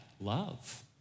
Love